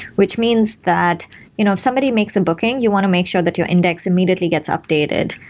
which means that you know if somebody makes a booking, you want to make sure that your index immediately gets updated,